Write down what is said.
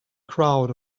crowd